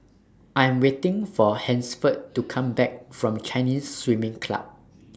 I Am waiting For Hansford to Come Back from Chinese Swimming Club